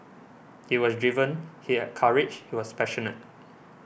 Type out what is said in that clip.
he was driven he had courage he was passionate